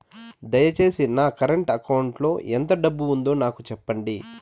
దయచేసి నా current account లో ఎంత డబ్బు ఉందో నాకు సెప్పండి